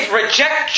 reject